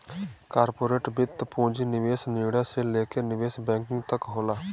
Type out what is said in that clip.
corporate वित्त पूंजी निवेश निर्णय से लेके निवेश बैंकिंग तक होला